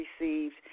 received